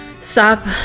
stop